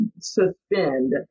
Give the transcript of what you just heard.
suspend